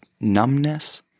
numbness